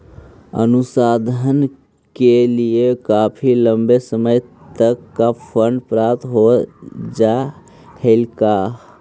अनुसंधान के लिए काफी लंबे समय तक का फंड प्राप्त हो जा हई का